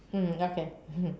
mm okay